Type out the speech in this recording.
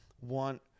want